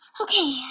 Okay